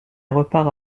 repart